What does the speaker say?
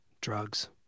drugs